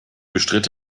bestritt